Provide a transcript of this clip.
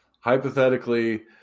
Hypothetically